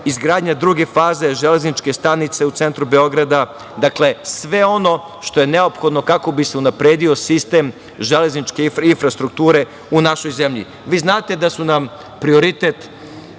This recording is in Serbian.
izgradnja druge faze železničke stanice u centru Beograda, dakle, sve ono što je neophodno kako bi se unapredio sistem železničke infrastrukture u našoj zemlji. Vi znate da su nam prioritet